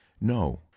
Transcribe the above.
no